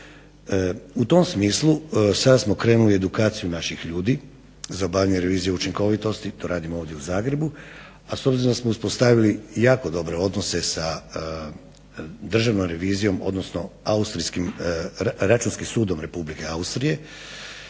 U tom smislu sada smo krenuli sa edukacijom naših ljudi za obavljanje revizije učinkovitosti. To radimo ovdje u Zagrebu. A s obzirom da smo uspostavili jako dobre odnose sa Državnom revizijom odnosno Austrijskim računskim sudom Republike Austrije